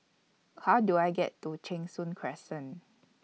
How Do I get to Cheng Soon Crescent